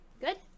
good